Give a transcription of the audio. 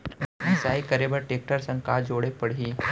मिसाई करे बर टेकटर संग का जोड़े पड़ही?